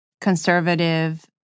conservative